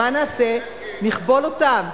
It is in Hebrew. מה נעשה, נכבול אותם?